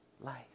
life